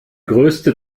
größte